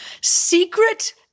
Secret